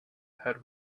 had